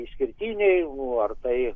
išskirtiniai nu ar tai